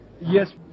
Yes